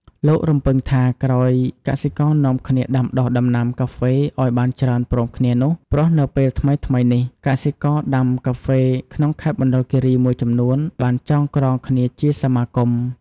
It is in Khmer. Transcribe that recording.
លោករំពឹងថា ក្រោយកសិករនាំគ្នាដាំដុះដំណាំការហ្វេឲ្យបានច្រើនព្រមគ្នានោះ ព្រោះនៅពេលថ្មីៗនេះ កសិករដាំការហ្វេក្នុងខេត្តមណ្ឌលគិរីមួយចំនួនបានចងក្រងគ្នាជាសមាគម។